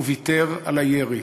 הוא ויתר על הירי.